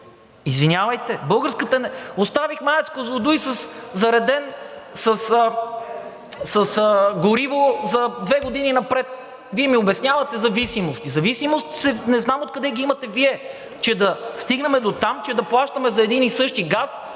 Извинявайте, оставихме АЕЦ „Козлодуй“ зареден с гориво за две години напред, Вие ми обяснявате зависимости. Зависимости не знам откъде ги имате Вие, че да стигнем дотам, че да плащаме за един и същи газ